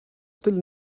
still